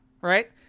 right